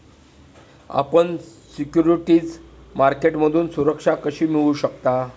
आपण सिक्युरिटीज मार्केटमधून सुरक्षा कशी मिळवू शकता?